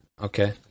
Okay